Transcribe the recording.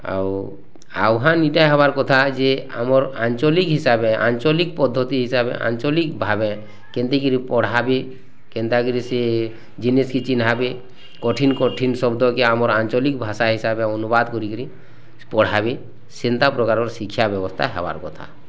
ଆଉ ଆହ୍ୱାନଟା ହେବାର୍ କଥା ଯେ ଆମର୍ ଆଞ୍ଚଳିକ୍ ହିସାବେ ଆଞ୍ଚଳିକ୍ ପଦ୍ଧତି ହିସାବେ ଆଞ୍ଚଳିକ୍ ଭାବେ କେନ୍ତି କିରି ପଢ଼ା ବି କେନ୍ତା କରି ସେ ଜିନିଷ୍ କେ ଚିହ୍ନାବେ କଠିନ୍ କଠିନ୍ ଶବ୍ଦକେ ଆମର ଆଞ୍ଚଳିକ୍ ଭାଷା ହିସାବେ ଅନୁବାଦ କରି କିରି ପଢ଼ାବେ ସେନ୍ତା ପ୍ରକାର ଶିକ୍ଷା ବ୍ୟବସ୍ଥା ହେବାର୍ କଥା